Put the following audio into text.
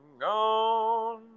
gone